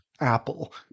Apple